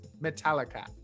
Metallica